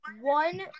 one